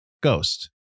Ghost